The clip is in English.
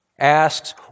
asks